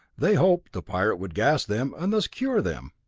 they hoped the pirate would gas them and thus cure them!